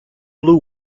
blue